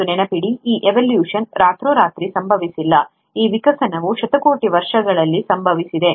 ಮತ್ತು ನೆನಪಿಡಿ ಈ ಎವೊಲ್ಯೂಶನ್ ರಾತ್ರೋರಾತ್ರಿ ಸಂಭವಿಸಿಲ್ಲ ಈ ವಿಕಾಸವು ಶತಕೋಟಿ ವರ್ಷಗಳಲ್ಲಿ ಸಂಭವಿಸಿದೆ